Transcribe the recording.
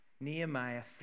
Nehemiah